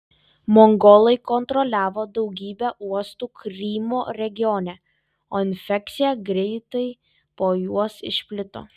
mongolai kontroliavo daugybę uostų krymo regione o infekcija greitai po juos išplito